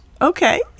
Okay